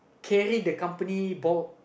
carry the company